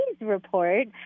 report